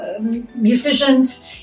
Musicians